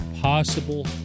possible